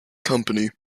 company